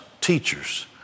teachers